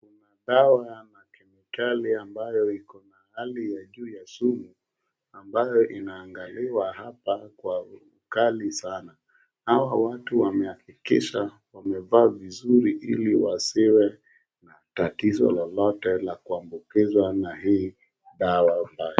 Dawa ya kemikali ambayo iko na hali ya juu ya sumu ambayo inaangaliwa hapa kwa ukali sana. Hawa watu wamehakikisha wamevaa vizuri ili wasiwe tatizo lolote la kuambukizwa na hii dawa mbaya.